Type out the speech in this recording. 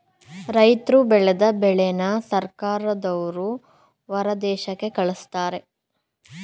ರೈತರ್ರು ಬೆಳದ ಬೆಳೆನ ಸರ್ಕಾರದವ್ರು ಹೊರದೇಶಕ್ಕೆ ಕಳಿಸ್ತಾರೆ